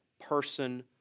person